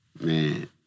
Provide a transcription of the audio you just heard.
Man